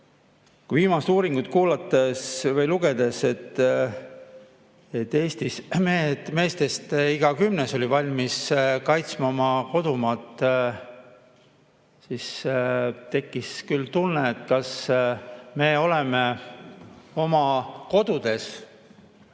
Kui viimast uuringut lugedes selgus, et Eestis meestest iga kümnes on valmis kaitsma oma kodumaad, siis tekkis küll tunne, kas me oleme oma kodudes ja